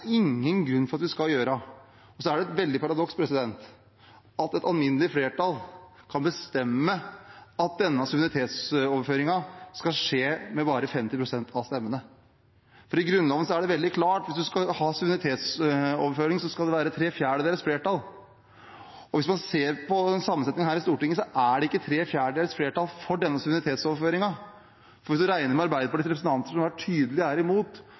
ingen grunn for at vi skal gjøre. Og så er det et veldig paradoks at et alminnelig flertall kan bestemme at denne suverenitetsoverføringen skal skje med bare 50 pst. av stemmene. I Grunnloven er det veldig klart at hvis man skal ha suverenitetsoverføring, skal det være tre fjerdedels flertall. Hvis man ser på sammensetningen her i Stortinget, er det ikke tre fjerdedels flertall for denne suverenitetsoverføringen. Hvis man regner med Arbeiderpartiets representanter som tydelig er imot,